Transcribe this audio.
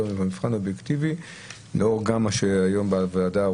זה כך גם לאור מה ששמענו היום בוועדה.